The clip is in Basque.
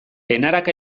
enarak